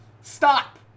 stop